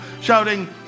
shouting